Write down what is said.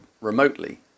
remotely